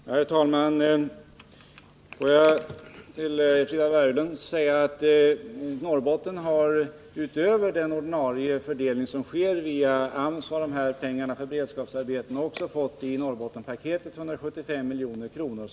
Herr talman! Får jag till Frida Berglund säga att Norrbotten utöver den ordinarie fördelningen av dessa pengar för beredskapsarbeten, som sker via AMS, som en extraresurs i Norrbottenspaketet har fått 175 milj.kr.